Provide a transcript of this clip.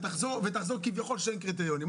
ותחזור כביכול שאין קריטריונים.